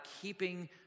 keeping